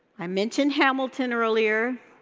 i mentioned hamilton earlier.